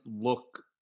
look